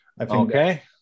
Okay